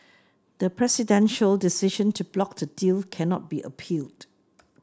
the presidential decision to block the deal can not be appealed